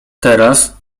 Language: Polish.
teraz